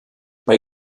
bei